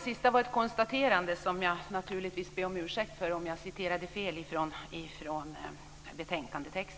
Fru talman! Jag ber om ursäkt om jag citerade fel i betänkandet. Ingvar